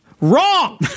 Wrong